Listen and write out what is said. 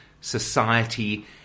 society